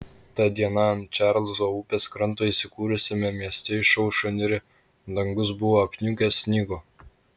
ta diena ant čarlzo upės kranto įsikūrusiame mieste išaušo niūri dangus buvo apniukęs snigo